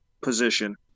position